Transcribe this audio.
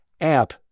app